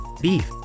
Beef